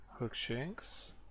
Hookshanks